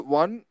one